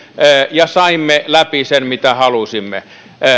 ja saimme läpi sen mitä halusimme